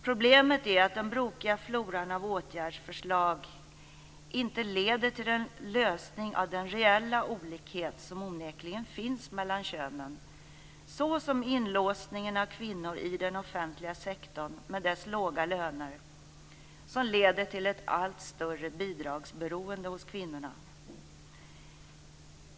Problemet är att den brokiga floran av åtgärdsförslag inte leder till en lösning av den reella olikhet som onekligen finns mellan könen, såsom inlåsningen av kvinnor i den offentliga sektorn med dess låga löner, som leder till ett allt större bidragsberoende hos kvinnorna.